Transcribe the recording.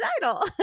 title